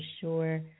sure